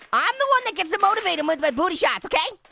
i'm the one that gets to motivate him with but booty shots, okay?